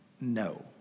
no